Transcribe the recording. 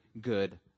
good